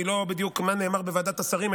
אני לא יודע בדיוק מה נאמר בוועדת השרים,